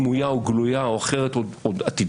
סמויה או גלויה או אחרת או עתידית,